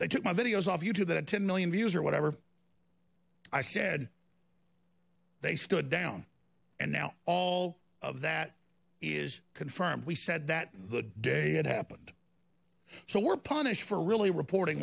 they took my videos off you do that ten million dollars views or whatever i said they stood down and now all of that is confirmed we said that the day it happened so we're punished for really reporting